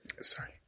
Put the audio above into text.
sorry